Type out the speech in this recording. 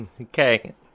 Okay